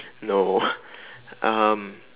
no um